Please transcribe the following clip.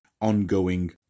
ongoing